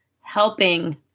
helping